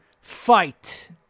fight